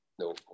No